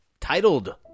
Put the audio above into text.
titled